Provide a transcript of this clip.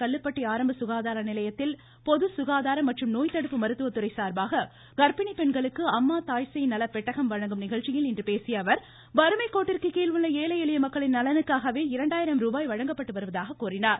கல்லுப்பட்டி ஆரம்ப சுகாதார நிலையத்தில் பொதுசுகாதாரம் மற்றும் நோய் தடுப்பு மருத்துவ துறை சார்பாக கர்ப்பிணி பெண்களுக்கு அம்மா தாய்சேய் நல பெட்டகம் வழங்கும் நிகழ்ச்சியில் இன்று பேசிய அவர் வறுமைக்கோட்டிற்கு கீழ் உள்ள ஏழை எளிய மக்களின் நலனுக்காகவே இரண்டாயிரம் ரூபாய் வழங்கப்பட்டு வருவதாக கூறினார்